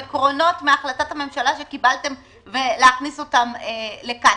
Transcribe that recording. לקחת עקרונות מהחלטת הממשלה שקיבלתם ולהכניס אותם לכאן